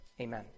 Amen